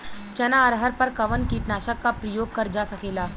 चना अरहर पर कवन कीटनाशक क प्रयोग कर जा सकेला?